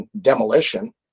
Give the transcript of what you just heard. demolition